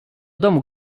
domu